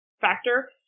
factor